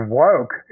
woke